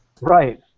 Right